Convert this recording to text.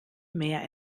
mehr